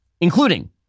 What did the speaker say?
including